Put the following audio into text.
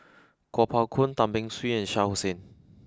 Kuo Pao Kun Tan Beng Swee and Shah Hussain